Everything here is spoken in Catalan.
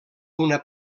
una